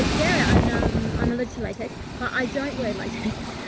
yeah. and i'm, i'm allergic to latex, but i don't wear latex.